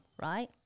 right